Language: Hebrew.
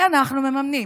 שאנחנו מממנים?